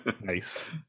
Nice